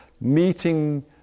meeting